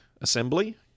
assembly